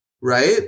Right